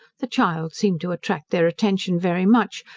the child seemed to attract their attention very much,